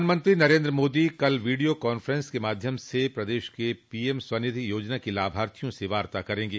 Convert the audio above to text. प्रधानमंत्री नरेन्द्र मोदी कल video conference के माध्यम से प्रदेश के पीएम स्वनिधि योजना के लाभार्थियों से वार्ता करेंगे